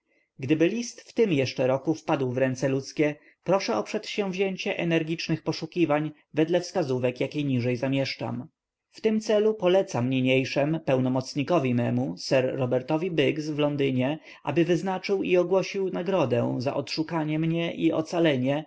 gdyby list w tym jeszcze roku wpadł w ręce ludzkie proszę o przedsięwzięcie energicznych poszukiwań według wskazówek jakie niżj zamieszczam w tym celu polecam niniejszem pełnomocnikowi memu sir robertowi biggs w londynie aby wyznaczył i ogłosił nagrodę za odszukanie mnie i ocalenie